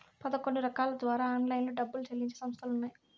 పదకొండు రకాల ద్వారా ఆన్లైన్లో డబ్బులు చెల్లించే సంస్థలు ఉన్నాయి